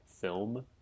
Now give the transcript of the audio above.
film